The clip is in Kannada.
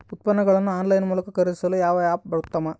ಉತ್ಪನ್ನಗಳನ್ನು ಆನ್ಲೈನ್ ಮೂಲಕ ಖರೇದಿಸಲು ಯಾವ ಆ್ಯಪ್ ಉತ್ತಮ?